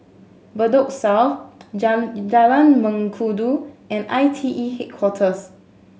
Bedok South Jalan Mengkudu and ITE Headquarters